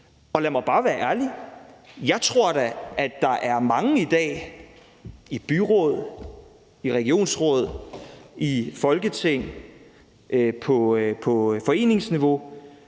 Og lad mig bare være ærlig: Jeg tror da, at der er mange i dag – i byråd, i regionsråd, i Folketinget og på foreningsniveau